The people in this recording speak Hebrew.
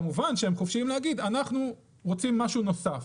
כמובן שהם חופשיים להגיד: אנחנו רוצים משהו נוסף,